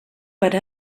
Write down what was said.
per